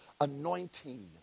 anointing